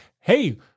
hey